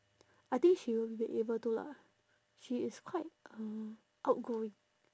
I think she will be able to lah she is quite uh outgoing